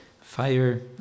fire